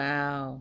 Wow